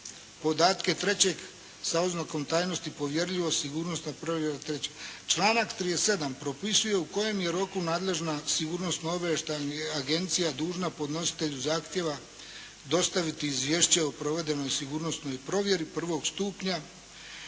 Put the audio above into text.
podatke trećeg sa oznakom tajnosti povjerljivo, sigurnosna provjera trećeg. Članak 37. propisuje u kojem je roku nadležna sigurnosna obavještajna agencija dužna podnositelju zahtjeva dostaviti izvješće o provedenoj sigurnosnoj provjeri prvoga stupnja.